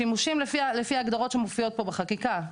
שימושים לפי ההגדרות שמופיעות פה בחקיקה,